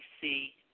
see